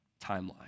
timeline